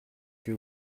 que